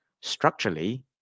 structurally